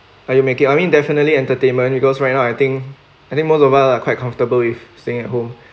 are you making I mean definitely entertainment because right now I think I think most of us are quite comfortable with staying at home